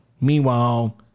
meanwhile